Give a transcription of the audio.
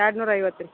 ಎರಡು ನೂರ ಐವತ್ತು ರೀ